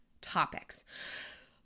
topics